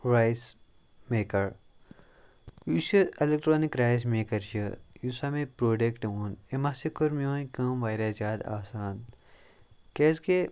rice maker یُس یہِ electronic rice maker چھُ یُس ہسا مےٚ یہِ پرٛوڈَکٹہٕ اوٚن أمۍ ہَسا کٔر میٛٲنۍ کٲم واریاہ زیادٕ آسان کیٛازکہِ